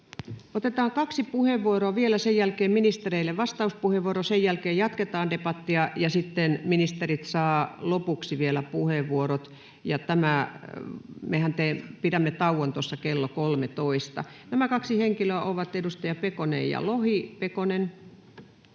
Otetaan kaksi puheenvuoroa vielä, sen jälkeen ministereille vastauspuheenvuorot. Sen jälkeen jatketaan debattia, ja sitten ministerit saavat vielä lopuksi puheenvuorot. Ja mehän pidämme tauon kello 13. Nämä kaksi henkilöä ovat edustajat Pekonen ja Lohi. — Pekonen.